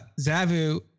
zavu